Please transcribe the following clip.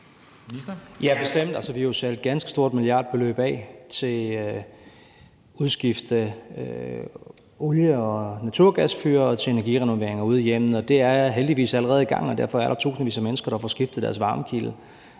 Ja, bestemt. Altså, vi har jo sat et ganske stort milliardbeløb af til at udskifte olie- og naturgasfyr og til energirenoveringer ude i hjemmene. Det er heldigvis allerede i gang, og derfor er der tusindvis af mennesker, der får skiftet deres varmekilde